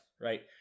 right